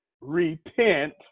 repent